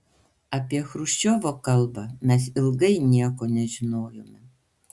apie chruščiovo kalbą mes ilgai nieko nežinojome